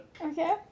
Okay